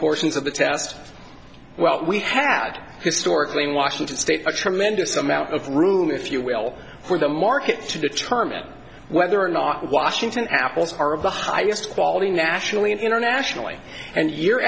portions of the test well we had historically in washington state a tremendous amount of room if you will for the markets to determine whether or not washington apples are of the highest quality nationally and internationally and year